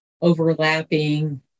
overlapping